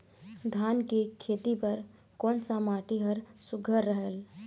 धान के खेती बर कोन सा माटी हर सुघ्घर रहेल?